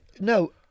no